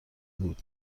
بود